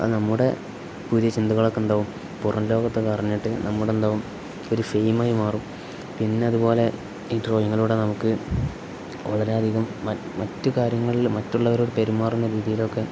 അത് നമ്മുടെ പുതിയ ചിന്തകളൊക്കെ എന്താകും പുറം ലോകത്ത് ഒക്കെ അറിഞ്ഞിട്ട് നമ്മുടെ എന്താകും ഒരു ഫെയിം ആയി മാറും പിന്നതു പോലെ ഈ ഡ്രോയിങ്ങിലൂടെ നമുക്ക് വളരെയധികം മറ്റു കാര്യങ്ങളിൽ മറ്റുള്ളവരോട് പെരുമാറുന്ന രീതിയിലൊക്കെ